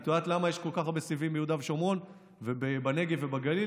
את יודעת למה יש כל כך הרבה סיבים ביהודה ושומרון ובנגב ובגליל?